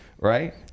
Right